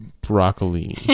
Broccoli